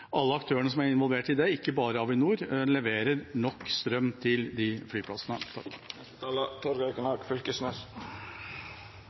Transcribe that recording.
alle aktørene som er involvert i det – ikke bare Avinor – leverer nok strøm til de flyplassene.